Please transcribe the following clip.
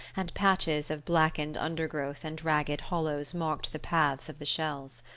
and patches of blackened undergrowth and ragged hollows marked the path of the shells.